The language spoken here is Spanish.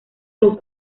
los